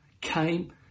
came